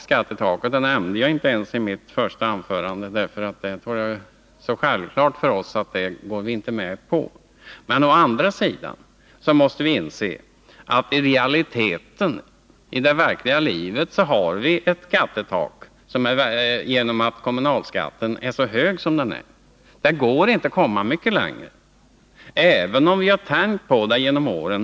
Skattetak nämnde jag inte ens i mitt första anförande, därför att det är så självklart för oss att inte gå med på ett sådant. Å andra sidan måste vi inse att vi i realiteten ändå har ett skattetak därigenom att kommunalskatten är så hög som den är. Det går inte att komma mycket längre, även om vi har tänjt på det genom åren.